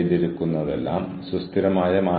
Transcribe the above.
അതൊരു വലിയ വെല്ലുവിളിയാണ്